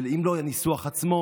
ואם לא על הניסוח עצמו,